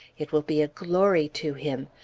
it will be a glory to him.